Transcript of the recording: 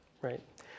Right